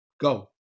Go